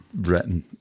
written